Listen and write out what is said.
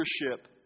leadership